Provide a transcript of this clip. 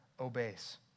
obeys